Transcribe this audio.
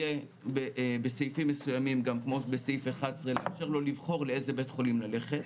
איכות טיפול כמו כל בית חולים אחר בארץ.